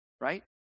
right